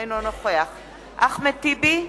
אינו נוכח אחמד טיבי,